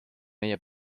meie